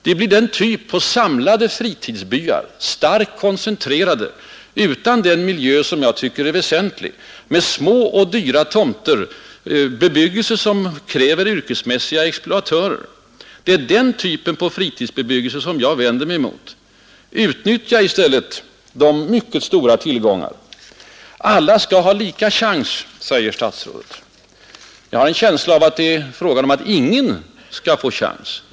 Det blir samlade fritidsbyar, starkt koncentrerade och utan den miljö som jag tycker är så väsentlig, med små och dyra tomter, en bebyggelse som kräver yrkesmässiga exploatörer. Det slags av fritidsbebyggelse vänder jag mig emot. Nej, utnyttja i stället de stora möjligheter jag anvisat. Alla skall ha ”lika chans”, säger statsrådet. Jag har en känsla av att det med statsrådets grundsyn blir så att ingen får en chans.